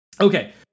Okay